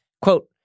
Quote